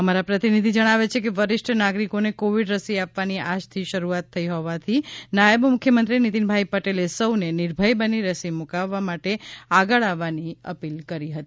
અમારા પ્રતિનિધિ જણાવે છે કે વરીષ્ઠ નાગરિકો ને કોવિડ રસી આપવાની આજ થી શરૂઆત થઈ હોવાથી નાયબ મુખ્યમંત્રી નિતિનભાઈ પટેલે સૌ ને નિર્ભય બની રસી મૂકવવા માટે આગળ આવવાની અપીલ કરી હતી